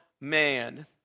man